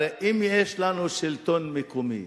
הרי אם יש לנו שלטון מקומי